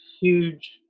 huge